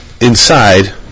Inside